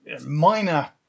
minor